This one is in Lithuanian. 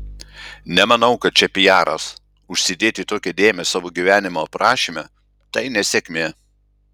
nemanau kad čia pijaras užsidėti tokią dėmę savo gyvenimo aprašyme tai nesėkmė